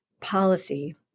policy